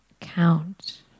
count